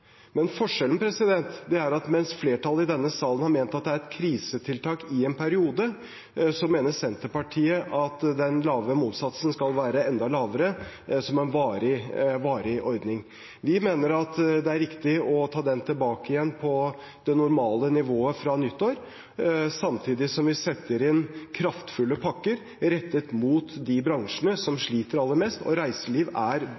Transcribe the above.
er at mens flertallet i denne salen har ment at det er et krisetiltak i en periode, så mener Senterpartiet at den lave momssatsen skal være enda lavere som en varig ordning. Vi mener at det er riktig å ta den tilbake på det normale nivået fra nyttår, samtidig som vi setter inn kraftfulle pakker rettet mot de bransjene som sliter aller mest, og reiseliv er